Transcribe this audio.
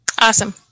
Awesome